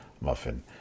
muffin